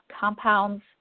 compounds